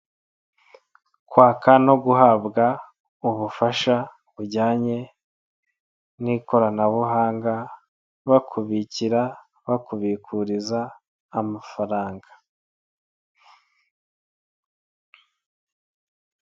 Kwaka no guhabwa ubufasha bujyanye n'ikoranabuhanga bakubikira, bakubikuza amafaranga.